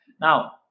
now